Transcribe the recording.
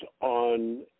on